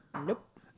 Nope